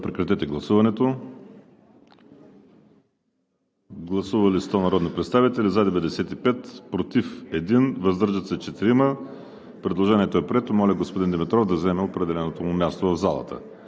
Румен Димитров. Гласували 100 народни представители: за 95, против 1, въздържали се 4. Предложението е прието. Моля господин Димитров да заеме определеното му място в залата.